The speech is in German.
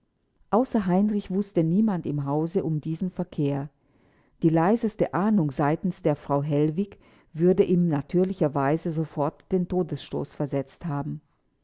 außer heinrich wußte niemand im hause um diesen verkehr die leiseste ahnung seitens der frau hellwig würde ihm natürlicherweise sofort den todesstoß versetzt haben